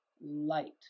light